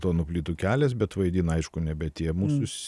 yra geltonų plytų kelias bet vaidina aišku nebe tie mūsų ssenieji